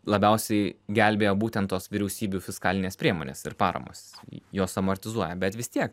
labiausiai gelbėja būtent tos vyriausybių fiskalinės priemonės ir paramos jos amortizuoja bet vis tiek